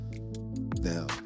Now